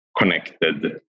connected